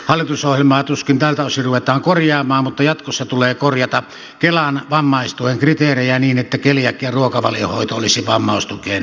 hallitusohjelmaa tuskin tältä osin ruvetaan korjaamaan mutta jatkossa tulee korjata kelan vammaistuen kriteerejä niin että keliakian ruokavaliohoito olisi vammaistukeen oikeuttava